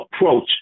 approach